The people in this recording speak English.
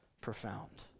profound